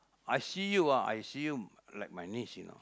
I see you ah I see you like my niece you know